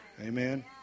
Amen